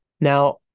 Now